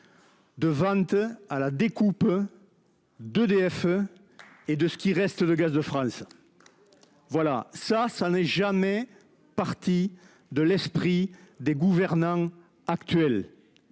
de vente à la découpe d'EDF et de ce qui reste de Gaz de France. Cette idée n'a jamais quitté l'esprit des gouvernants actuels.